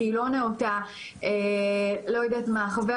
לא נוח לי הכותר שנקרא "חולה